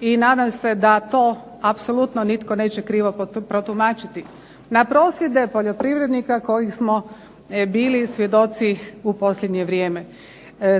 i nadam se da to apsolutno nitko neće krivo protumačiti, na prosvjede poljoprivrednika kojih smo bili svjedoci u posljednje vrijeme.